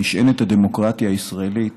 נשענת הדמוקרטיה הישראלית